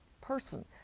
person